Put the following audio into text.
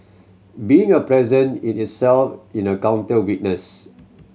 being a present in itself in a counter witness